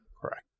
Correct